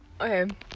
Okay